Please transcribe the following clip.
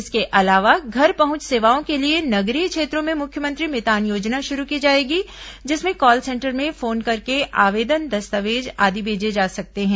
इसके अलावा घर पहुंच सेवाओं के लिए नगरीय क्षेत्रों में मुख्यमंत्री मितान योजना शुरू की जाएगी जिसमें कॉल सेंटर में फोन करके आवेदन दस्तावेज आदि मेजे जा सकते हैं